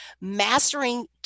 Mastering